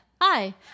hi